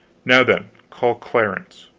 now, then, call clarence.